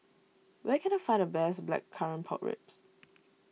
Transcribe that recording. where can I find the best Blackcurrant Pork Ribs